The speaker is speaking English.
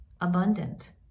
abundant